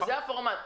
זה הפורמט.